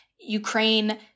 Ukraine